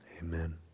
Amen